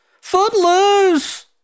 Footloose